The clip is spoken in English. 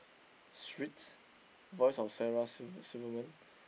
Schweetz voice of Sarah Silver Silverman